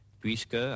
Puisque